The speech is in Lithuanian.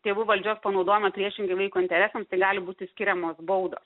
tėvų valdžios panaudojimą priešingai vaiko interesams tai gali būti skiriamos baudos